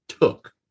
took